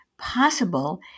possible